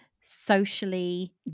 socially